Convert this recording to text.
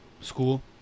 School